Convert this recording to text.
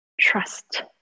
Trust